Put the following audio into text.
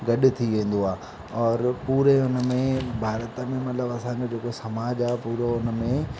गॾ थी वेंदो आहे और पूरे हुन में भारत में मतिलबु असांजो जेको समाज आहे पूरो हुन में